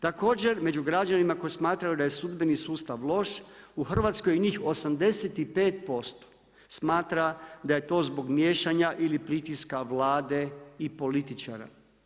Također među građanima koji smatraju da je sudbeni sustav loš u Hrvatskoj njih 85% smatra da je to zbog miješanja ili pritiska Vlade i političara.